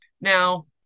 Now